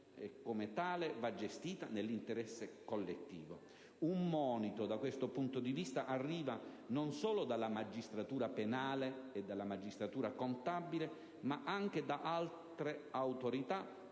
come tale va gestita nell'interesse collettivo. Un monito, da questo punto di vista, arriva non solo dalla magistratura penale e da quella contabile, ma anche da altre autorità